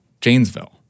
Janesville